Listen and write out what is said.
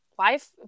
life